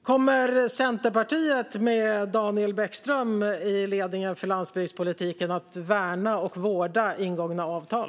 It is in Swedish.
Kommer Centerpartiet med Daniel Bäckström i ledningen för landsbygdspolitiken att värna och vårda ingångna avtal?